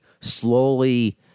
slowly